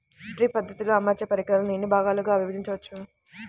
Drip పద్ధతిలో అమర్చే పరికరాలను ఎన్ని భాగాలుగా విభజించవచ్చు?